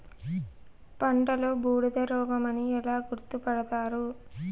పంటలో బూడిద రోగమని ఎలా గుర్తుపడతారు?